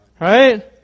Right